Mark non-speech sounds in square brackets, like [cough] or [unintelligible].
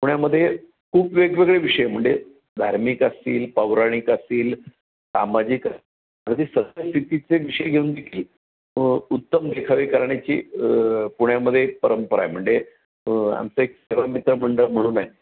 पुण्यामध्ये खूप वेगवेगळे विषय म्हणजे धार्मिक असतील पौराणिक असतील सामाजिक कधी [unintelligible] विषय घेऊन देखील उत्तम देखावे करण्याची पुण्यामध्ये परंपरा आहे म्हणजे आमचं एक सेवा मित्रमंडळ म्हणून आहे